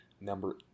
Number